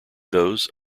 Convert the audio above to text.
those